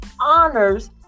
honors